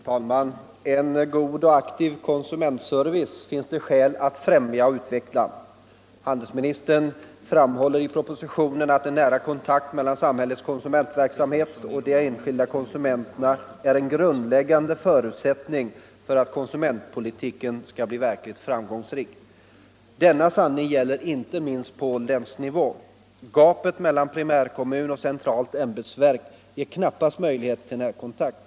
Herr talman! En god och aktiv konsumentservice finns det skäl att främja och utveckla. Handelsministern framhåller i propositionen att en nära kontakt mellan samhällets konsumentverksamhet och de enskilda konsumenterna är en grundläggande förutsättning för att konsumentpolitiken skall bli verkligt framgångsrik. Denna sanning gäller inte minst på länsnivå. Gapet mellan primärkommun och centralt ämbetsverk ger knappast möjlighet till närkontakt.